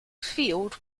field